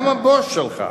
גם הבוס שלך,